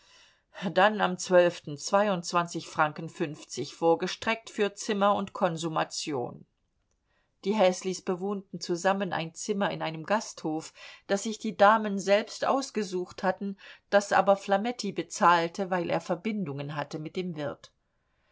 dann am zwölften zweiundzwanzig franken fünfzig vorgestreckt für zimmer und konsumation die häslis bewohnten zusammen ein zimmer in einem gasthof das sich die damen selbst ausgesucht hatten das aber flametti bezahlte weil er verbindungen hatte mit dem wirt